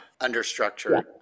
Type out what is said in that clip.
understructure